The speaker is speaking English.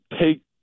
take